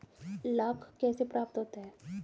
लाख कैसे प्राप्त होता है?